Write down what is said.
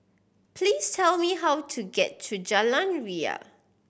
please tell me how to get to Jalan Ria